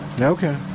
Okay